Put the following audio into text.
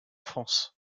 france